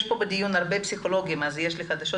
יש בדיון הרבה פסיכולוגים ויש לי חדשות,